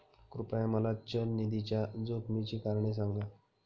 कृपया मला चल निधीच्या जोखमीची कारणे सांगा